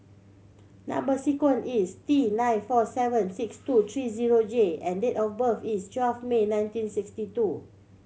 number sequence is T nine four seven six two three zero J and date of birth is twelve May nineteen sixty two